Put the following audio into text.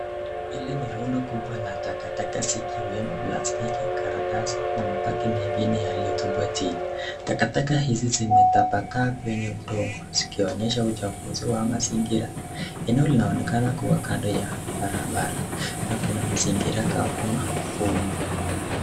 Hili ni rundo kubwa la takataka zikiwemo plastiki, karatasi na mbaki mengine yaliyotupwa chini. Takataka hizi zimetapakaa kwenye udongo zikionyesha uchafuzi wa mazingira. Eneo linaonekana kuwa kando ya barabara na kuna mazingira kavu na vumbi.